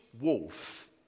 wolf